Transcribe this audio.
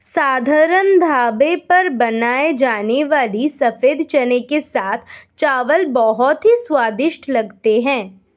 साधारण ढाबों पर बनाए जाने वाले सफेद चने के साथ चावल बहुत ही स्वादिष्ट लगते हैं